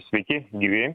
sveiki gyvi